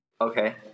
Okay